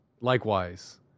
likewise